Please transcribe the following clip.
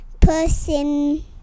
person